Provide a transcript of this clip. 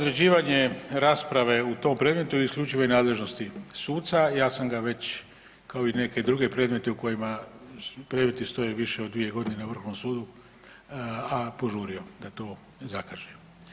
Određivanje rasprave u tom predmetu u isključivoj je nadležnosti suca, ja sam ga već kao i neke druge predmete u kojima predmeti stoje više od 2 godine na Vrhovnom sudu, a požurio da to zakaže.